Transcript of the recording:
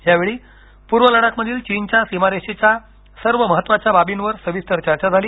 यावेळी पूर्व लडाखमधील चीनच्या सीमारेषेच्या सर्व महत्त्वाच्या बाबींवर सविस्तर चर्चा झाली